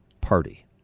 party